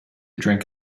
drink